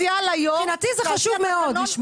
מבחינתי זה חשוב מאוד לשמוע.